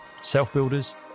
self-builders